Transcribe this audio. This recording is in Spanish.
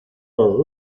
los